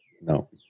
no